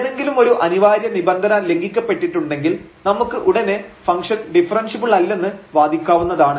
ഏതെങ്കിലും ഒരു അനിവാര്യ നിബന്ധന ലംഘിക്കപ്പെട്ടിട്ടുണ്ടെങ്കിൽ നമുക്ക് ഉടനെ ഫംഗ്ഷൻ ഡിഫറെൻഷ്യബിൾ അല്ലെന്ന് വാദിക്കാവുന്നതാണ്